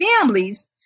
families